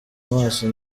amaso